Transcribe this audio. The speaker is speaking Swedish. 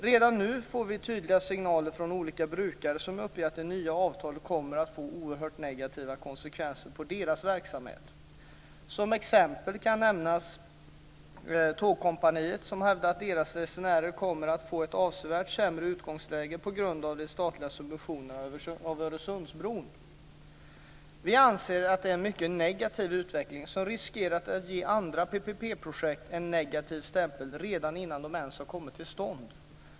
Redan nu får vi tydliga signaler från olika brukare som uppger att det nya avtalet kommer att få oerhört negativa konsekvenser på deras verksamhet. Som exempel kan nämnas Tågkompaniet, som hävdar att deras resenärer kommer att få ett avsevärt sämre utgångsläge på grund av de statliga subventionerna till Öresundsbron. Vi anser att det här är en mycket negativ utveckling som riskerar att ge andra PPP projekt en negativ stämpel redan innan de ens har kommit till stånd.